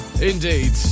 Indeed